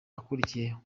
ukurikiyeho